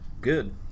Good